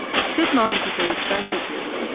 i've said miners are very social birds.